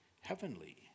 heavenly